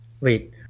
Wait